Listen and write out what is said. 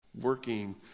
working